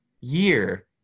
year